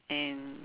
and